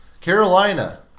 Carolina